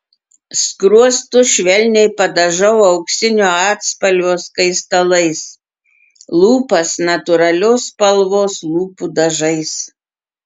skruostus švelniai padažau auksinio atspalvio skaistalais lūpas natūralios spalvos lūpų dažais